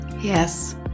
yes